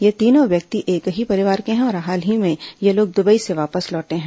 ये तीनों व्यक्ति एक ही परिवार के हैं और हाल ही में ये लोग दुबई से वापस लौटे हैं